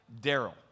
Daryl